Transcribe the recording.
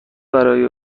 برای